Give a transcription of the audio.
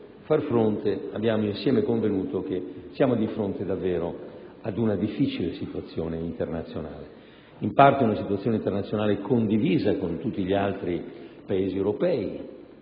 far fronte, abbiamo insieme convenuto che siamo di fronte, davvero, ad una difficile situazione internazionale. In parte essa è condivisa con tutti gli altri Paesi europei.